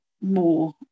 more